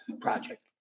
project